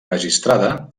registrada